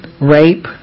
rape